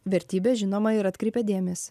vertybė žinoma ir atkreipia dėmesį